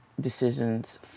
decisions